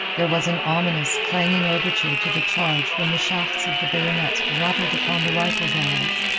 there was an ominous, clanging overture to the charge when the shafts of the bayonets rattled upon the rifle barrels.